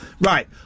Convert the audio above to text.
Right